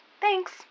Thanks